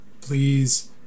please